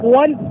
one